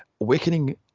awakening